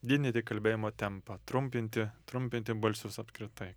dinyti kalbėjimo tempą trumpinti trumpinti balsius apkritai